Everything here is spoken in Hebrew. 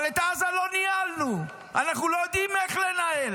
אבל את עזה לא ניהלנו, אנחנו לא יודעים איך לנהל.